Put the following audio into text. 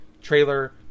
trailer